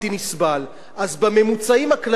אז בממוצעים הכלליים, סגן השר כהן,